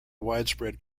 widespread